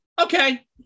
Okay